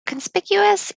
conspicuous